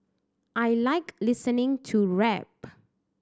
I like listening to rap